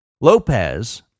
Lopez